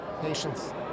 Patience